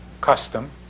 custom